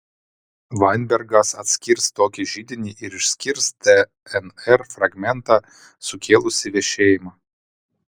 vainbergas atskirs tokį židinį ir išskirs dnr fragmentą sukėlusį vešėjimą